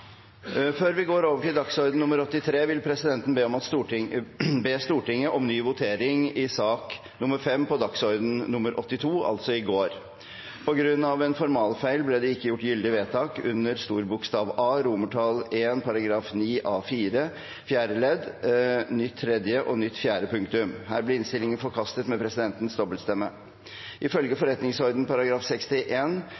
Før vi går til sakene på dagens kart, vil presidenten be Stortinget om ny votering i sak nr. 5 på dagsorden nr. 82, altså i går. På grunn av stemmelikhet ble det ikke gjort gyldig vedtak under A, I, § 9 A-4 fjerde ledd, nytt tredje og nytt fjerde punktum.